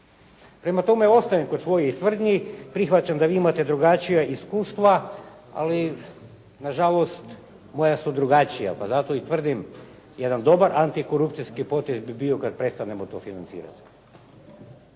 Prema tome, ostajem kod svojih tvrdnji. Prihvaćam da vi imate drugačija iskustva, ali nažalost moja su drugačija, pa zato i tvrdim jedan dobar antikorupcijski potez bi bio kada prestanemo to financirati.